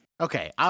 Okay